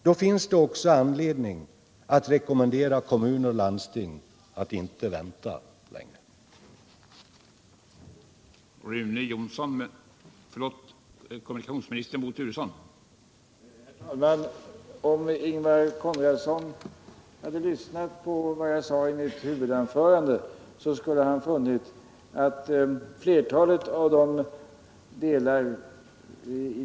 Då finns det också anledning att rekommendera kommuner och landsting att inte vänta längre.